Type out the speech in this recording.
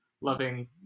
loving